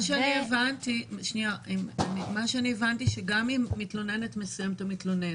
מה שהבנתי, שגם אם מתלוננת מסוימת או מתלונן